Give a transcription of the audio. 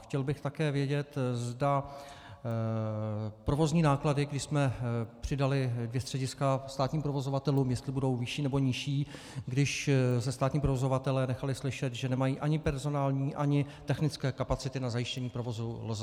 Chtěl bych také vědět, zda provozní náklady, když jsme přidali dvě střediska státním provozovatelům, budou vyšší, nebo nižší, když se státní provozovatelé nechali slyšet, že nemají ani personální, ani technické kapacity na zajištění provozu LZS.